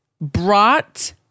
brought